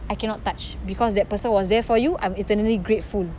I cannot touch because that person was there for you I'm eternally grateful